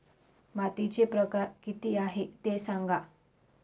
मातीचे प्रकार किती आहे ते सांगा